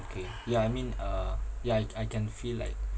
okay ya I mean uh ya I can feel like